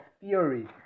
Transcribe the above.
theory